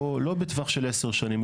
לא בטווח של עשר שנים,